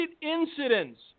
incidents